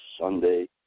Sunday